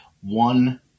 One